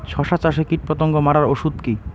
শসা চাষে কীটপতঙ্গ মারার ওষুধ কি?